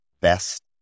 best